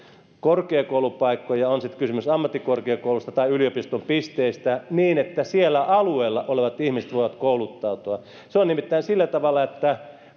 korkeakoulupaikkoja on sitten kysymys ammattikorkeakoulusta tai yliopiston pisteestä niin että siellä alueella olevat ihmiset voivat kouluttautua se on nimittäin sillä tavalla että